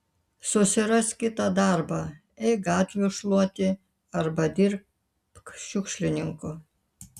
susirask kitą darbą eik gatvių šluoti arba dirbk šiukšlininku